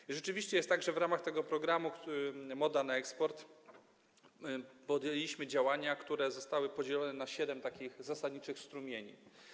I rzeczywiście jest tak, że w ramach programu „Moda na eksport” podjęliśmy działania, które zostały podzielone na siedem zasadniczych strumieni.